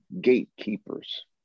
gatekeepers